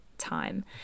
time